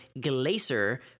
Glacier